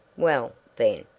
well, then,